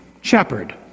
shepherd